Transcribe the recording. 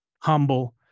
humble